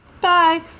Bye